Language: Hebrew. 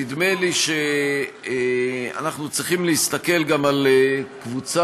נדמה לי שאנחנו צריכים להסתכל גם על קבוצה